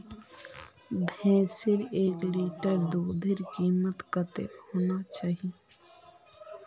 भैंसेर एक लीटर दूधेर कीमत कतेक होना चही?